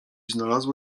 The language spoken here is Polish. znalazło